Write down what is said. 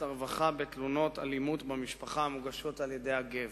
הרווחה בתלונות אלימות במשפחה המוגשות על-ידי הגבר.